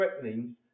threatening